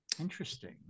Interesting